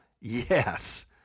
Yes